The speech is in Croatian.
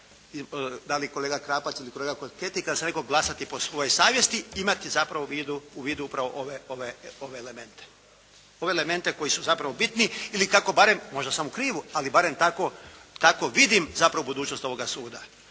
da li kolega Krapac ili kolega … kada sam rekao glasati po svojoj savjesti, imati zapravo u vidu upravo ove elemente. Ove elemente koji su zapravo bitni ili kako barem, možda sam u krivu, ali barem tako vidim zapravo budućnost ovoga suda,